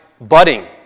budding